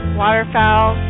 waterfowl